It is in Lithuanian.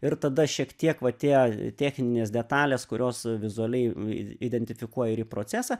ir tada šiek tiek va tie techninės detalės kurios vizualiai i identifikuoja ir į procesą